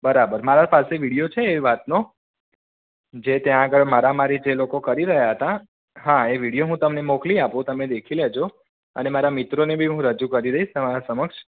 બરાબર મારા પાસે વિડીયો છે એ વાતનો જે ત્યાં આગળ મારામારી જે લોકો કરી રહ્યા હતા હા એ વિડીયો હું તમને મોકલી આપું તમે દેખી લેજો અને મારા મિત્રોને બી હું રજૂ કરી દઈશ તમારા સમક્ષ